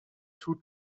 two